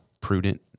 prudent